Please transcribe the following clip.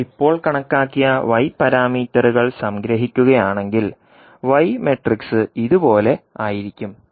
നിങ്ങൾ ഇപ്പോൾ കണക്കാക്കിയ y പാരാമീറ്ററുകൾ സംഗ്രഹിക്കുകയാണെങ്കിൽ y മാട്രിക്സ് ഇതുപോലെ ആയിരിക്കും